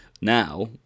now